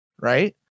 Right